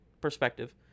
perspective